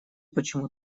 почему